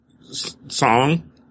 song